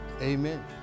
amen